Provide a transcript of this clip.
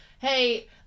hey